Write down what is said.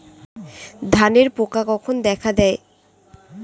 ধানের পোকা কখন দেখা দেয়?